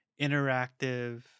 interactive